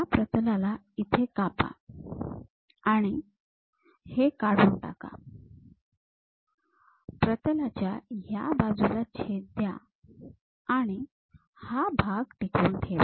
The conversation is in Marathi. या प्रतलाला इथे कापा आणि हे काढून टाका प्रतलाच्या या बाजूला छेद द्या आणि हा भाग टिकवून ठेवा